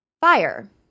Fire